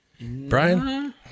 Brian